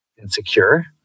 insecure